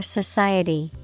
society